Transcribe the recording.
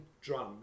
drum